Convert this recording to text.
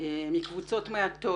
מקבוצות מעטות